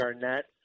Garnett